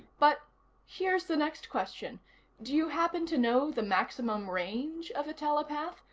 but here's the next question do you happen to know the maximum range of a telepath?